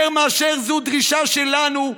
יותר מאשר זו דרישה שלנו,